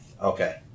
Okay